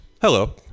hello